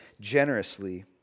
generously